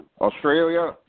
Australia